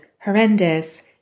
horrendous